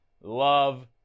love